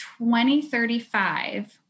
2035